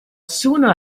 sooner